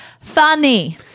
Funny